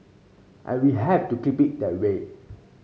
and we have to keep it that way